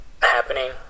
Happening